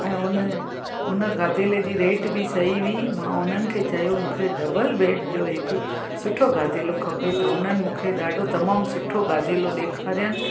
ऐं हुन हुन गादेले जी रेट बि सही हुई मां उन्हनि खे चयो मूंखे डबल बैड जो हिकु सुठो गादेलो खपे त उन्हनि मूंखे ॾाढो तमामु सुठो गादेलो ॾेखारियनि